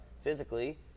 physically